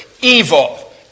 evil